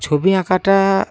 ছবি আঁকাটা